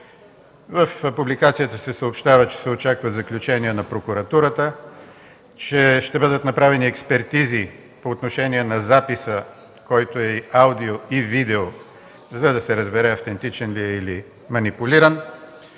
В публикацията се съобщава, че се очаква заключение на Прокуратурата, че ще бъдат направени експертизи по отношение на записа, който е и аудио, и видео, за да се разбере автентичен ли е или манипулиран.